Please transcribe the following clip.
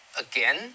again